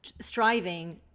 striving